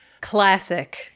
Classic